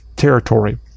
Territory